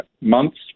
months